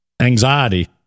anxiety